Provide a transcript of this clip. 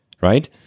right